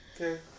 Okay